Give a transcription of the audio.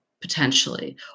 potentially